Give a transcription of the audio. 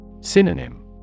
Synonym